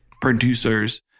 producers